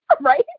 right